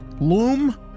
loom